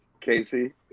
Casey